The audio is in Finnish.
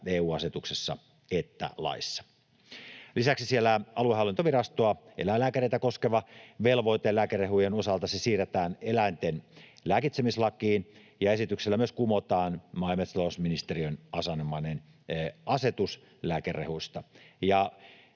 EU-asetuksessa että laissa. Lisäksi aluehallintovirastoa ja eläinlääkäreitä koskeva velvoite lääkerehujen osalta siirretään eläinten lääkitsemislakiin, ja esityksellä myös kumotaan maa- ja metsätalousministeriön asianomainen asetus lääkerehuista.